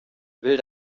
will